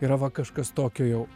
yra va kažkas tokio jau